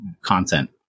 content